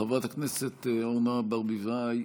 חברת הכנסת אורנה ברביבאי,